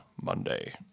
Monday